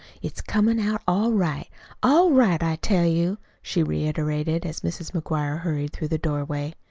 it's comin' out all right all right, i tell you, she reiterated, as mrs. mcguire hurried through the doorway.